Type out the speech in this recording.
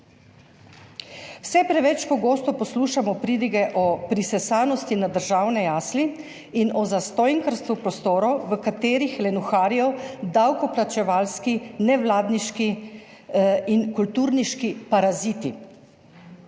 Vse preveč pogosto poslušamo pridige o prisesanosti na državne jasli in o zastonjkarstvu prostorov, v katerih lenuharijo davkoplačevalski, ne vladniški in kulturniški paraziti.